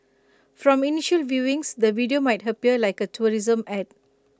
from initial viewings the video might appear like A tourism Ad